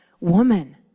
woman